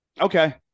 Okay